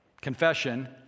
confession